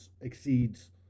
exceeds –